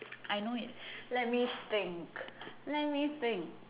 I know it's let me think let me think